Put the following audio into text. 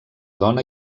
dona